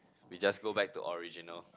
we just go back to original